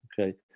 Okay